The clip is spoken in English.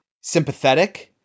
sympathetic